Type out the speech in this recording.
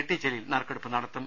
T Jaleel നറുക്കെടുപ്പ് നടത്തും